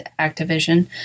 Activision